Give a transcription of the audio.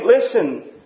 Listen